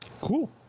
Cool